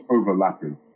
overlapping